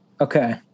okay